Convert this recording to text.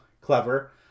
clever